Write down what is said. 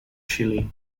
chile